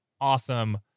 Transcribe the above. awesome